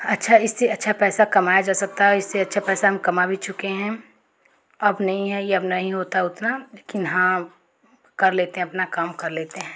अच्छा इससे अच्छा पैसा कमाया जा सकता है इससे अच्छा पैसा हम कमा भी चुकें हैं अब नहीं है ये अब नहीं होता उतना लेकिन हाँ कर लेते हैं अपना काम कर लेते हैं